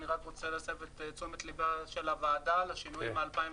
אני רק רוצה להסב את תשומת ליבה של הוועדה לשינויים מ-2018: